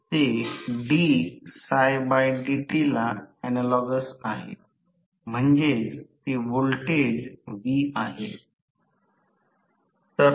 तर S PG किंवा प्रत्यक्षात रोटर कॉपर लॉस ज्याचे आपण P c r S PG द्वारे प्रतिनिधित्व करीत आहात आणि S PGहे एक गोष्ट आहे परंतु क्रॉस गुणाकार S PG 3 I2 2 I2